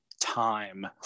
time